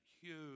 huge